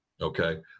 Okay